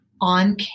on